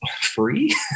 free